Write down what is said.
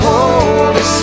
Holy